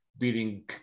beating